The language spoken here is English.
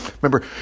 Remember